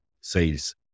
sales